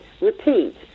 repeat